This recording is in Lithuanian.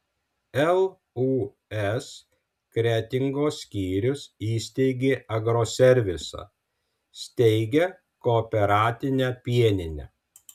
lūs kretingos skyrius įsteigė agroservisą steigia kooperatinę pieninę